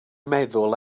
meddwl